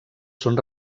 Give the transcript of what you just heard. són